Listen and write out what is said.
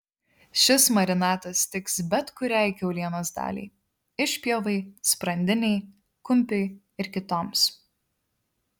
šis marinatas tiks bet kuriai kiaulienos daliai išpjovai sprandinei kumpiui ir kitoms